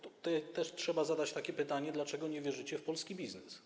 Tu też trzeba zadać takie pytanie: Dlaczego nie wierzycie w polski biznes?